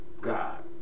God